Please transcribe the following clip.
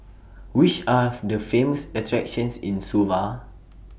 Which Are The Famous attractions in Suva